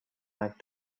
act